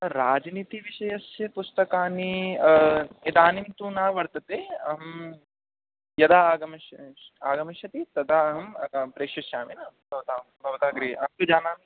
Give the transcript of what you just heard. राजनीतिविषयस्य पुस्तकानि इदानीं तु न वर्तते अहं यदा आगमिष्य आगमिष्यति तदाहं प्रेषयिष्यामि भवतां भवतः गृहे अस्तु जानामि